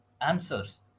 answers